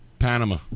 Panama